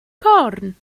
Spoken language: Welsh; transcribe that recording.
corn